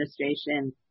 administration